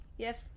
Yes